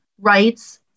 rights